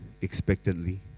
expectantly